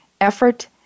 effort